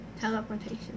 teleportation